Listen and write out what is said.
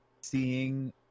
seeing